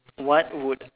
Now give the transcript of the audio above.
what would I